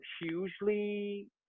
hugely